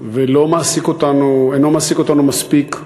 ואינו מעסיק אותנו מספיק,